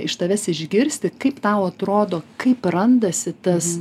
iš tavęs išgirsti kaip tau atrodo kaip randasi tas